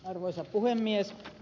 arvoisa puhemies